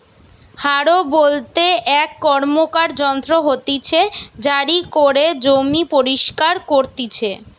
হারও বলতে এক র্কমকার যন্ত্র হতিছে জারি করে জমি পরিস্কার করতিছে